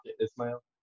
Ismail